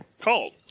called